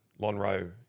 Lonro